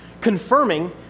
confirming